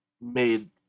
made